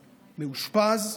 שמאושפז,